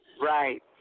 right